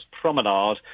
promenade